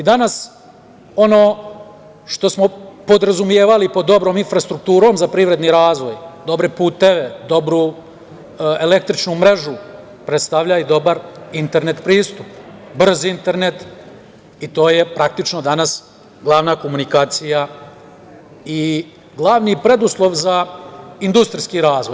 Danas ono što smo podrazumevali pod dobrom infrastrukturom za privredni razvoj, dobre puteve, dobru električnu mrežu predstavlja i dobar internet pristup, brz internet, i to je praktično danas glavna komunikacija i glavni preduslov za industrijski razvoj.